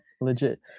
Legit